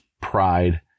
pride